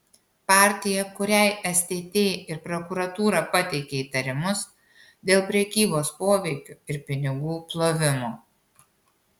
partija kuriai stt ir prokuratūra pateikė įtarimus dėl prekybos poveikiu ir pinigų plovimo